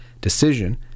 decision